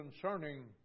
concerning